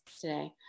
today